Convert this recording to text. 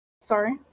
sorry